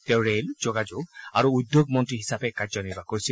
তেওঁ ৰেল যোগাযোগ আৰু উদ্যোগ মন্ত্ৰী হিচাপে কাৰ্যনিৰ্বাহ কৰিছিল